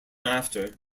after